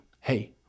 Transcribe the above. hey